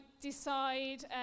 decide